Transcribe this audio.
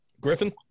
Griffin